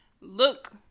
look